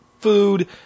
food